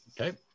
Okay